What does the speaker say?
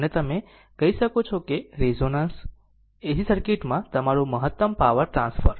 અને તમે કહી શકો કે રેઝોનન્સ AC સર્કિટ માં તમારું મહત્તમ પાવર ટ્રાન્સફર તે છે